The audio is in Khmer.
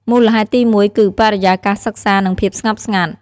មូលហេតុទីមួយ គឺ បរិយាកាសសិក្សា និងភាពស្ងប់ស្ងាត់ ។